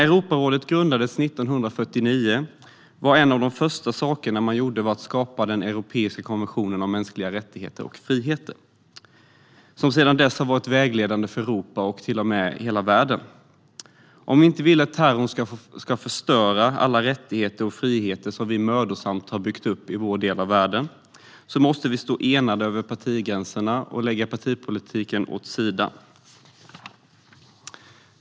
Europarådet grundades 1949, och en av de första sakerna man gjorde var att skapa den europeiska konventionen om skydd för de mänskliga rättigheterna och de grundläggande friheterna. Den har sedan dess varit vägledande för Europa, till och med hela världen. Om vi inte vill att terrorn ska förstöra alla rättigheter och friheter vi så mödosamt har byggt upp i vår del av världen måste vi stå enade över partigränserna och lägga partipolitiken åt sidan.